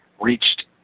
reached